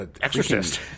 Exorcist